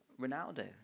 Ronaldo